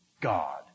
God